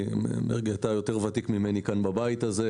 מרגי, אתה יותר ותיק ממני כאן בבית הזה.